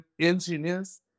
engineers